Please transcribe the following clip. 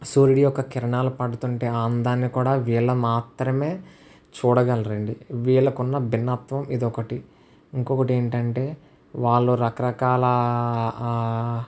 సూర్యుడి యొక్క కిరణాలు పడుతుంటే ఆనందాన్ని కూడా వీళ్ళు మాత్రమే చూడగలరు అండి వీళ్ళకున్న భిన్నత్వం ఇది ఒకటి ఇంకొకటి ఏంటంటే వాళ్ళు రకరకాల